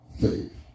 faith